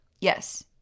yes